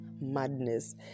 madness